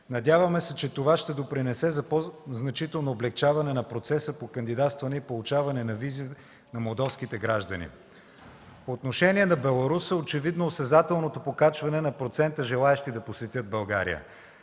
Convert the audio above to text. Надяваме се, че това ще допринесе за по-значително облекчаване на процеса по кандидатстване и получаване на визи на молдовските граждани. По отношение на Беларус е очевидно осезателното покачване на процента желаещи да посетят България.